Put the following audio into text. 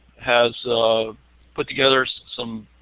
has put together so some